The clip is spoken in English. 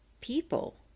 people